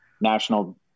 national